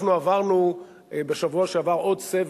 אנחנו עברנו בשבוע שעבר עוד סבב,